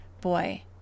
boy